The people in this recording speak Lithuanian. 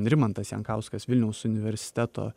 rimantas jankauskas vilniaus universiteto